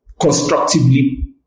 constructively